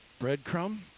Breadcrumb